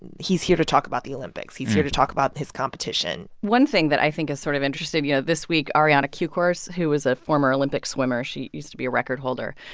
and he's here to talk about the olympics. he's here to talk about his competition one thing that i think is sort of interesting you know, this week, ariana kukors, who is a former olympic swimmer she used to be a record-holder.